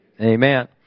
Amen